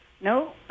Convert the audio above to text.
No